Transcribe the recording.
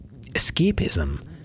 Escapism